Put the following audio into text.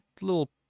little